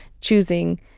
choosing